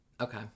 Okay